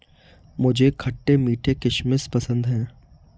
मुझे खट्टे मीठे किशमिश पसंद हैं